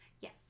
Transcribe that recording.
Yes